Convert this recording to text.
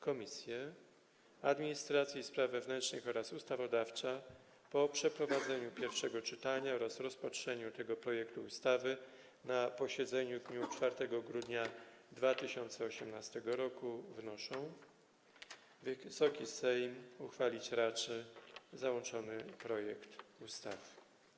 Komisje Administracji i Spraw Wewnętrznych oraz Ustawodawcza po przeprowadzeniu pierwszego czytania oraz rozpatrzeniu tego projektu ustawy na posiedzeniu w dniu 4 grudnia 2018 r. wnoszą, by Wysoki Sejm uchwalić raczył załączony projekt ustawy.